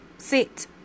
Sit